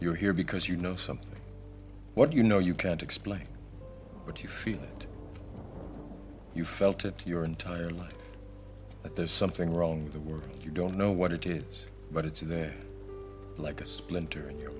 you're here because you know something what you know you can't explain but you feel that you fell to your entire life but there's something wrong with the world you don't know what it is but it's there like a splinter in your